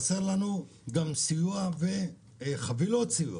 וחסרות לנו גם חבילות סיוע